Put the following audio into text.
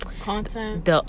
Content